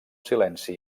silenci